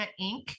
Inc